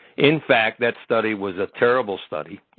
in fact, that study was a terrible study.